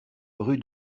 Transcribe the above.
rue